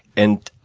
and,